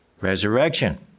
resurrection